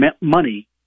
money